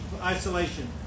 isolation